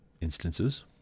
instances